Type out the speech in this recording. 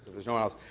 there's no one else.